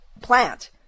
plant